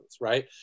right